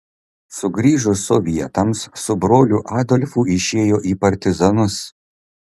sugrįžus sovietams su broliu adolfu išėjo į partizanus